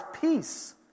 peace